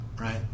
right